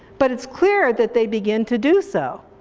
but it's clear that they begin to do so.